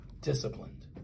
disciplined